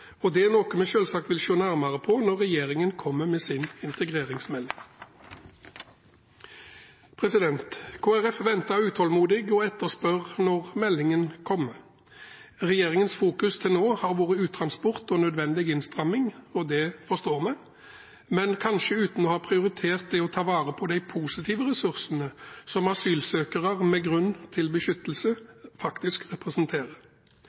er noe vi selvsagt vil se nærmere på når regjeringen kommer med sin integreringsmelding. Kristelig Folkeparti venter utålmodig og etterspør når meldingen kommer. Regjeringen har til nå fokusert på uttransport og nødvendig innstramming, og det forstår vi. Men kanskje har det skjedd uten å ha prioritert det å ta vare på de positive ressursene som asylsøkere med grunn til